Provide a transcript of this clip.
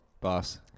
Boss